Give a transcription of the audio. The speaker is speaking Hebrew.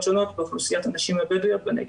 שונות באוכלוסיית הנשים הבדואיות בנגב.